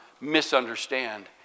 misunderstand